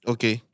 Okay